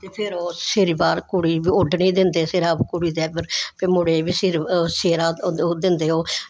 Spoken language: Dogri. ते फिर ओह् शीरबाद फिर ओह् ओढ़नी दिंदे कुड़ी दे सिरै पर ते फिर मुढ़े बी सिरै पर ओह् दिंदे